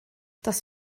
das